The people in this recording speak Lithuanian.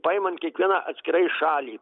paimant kiekvieną atskirai šalį